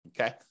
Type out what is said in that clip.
Okay